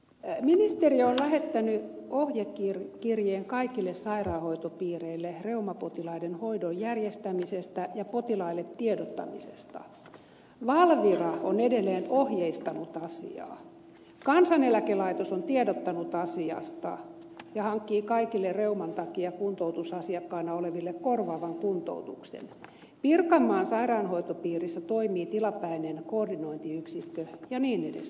ministeriö on lähettänyt ohjekirjeen kaikille sairaanhoitopiireille reumapotilaiden hoidon järjestämisestä ja potilaille tiedottamisesta valvira on edelleen ohjeistanut asiaa kansaneläkelaitos on tiedottanut asiasta ja hankkii kaikille reuman takia kuntoutusasiakkaana oleville korvaavan kuntoutuksen pirkanmaan sairaanhoitopiirissä toimii tilapäinen koordinointiyksikkö ja niin edelleen